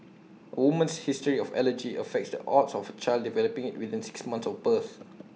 woman's history of allergy affects the odds of child developing IT within six months of birth